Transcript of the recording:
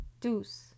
deuce